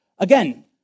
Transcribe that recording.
Again